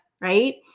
right